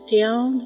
down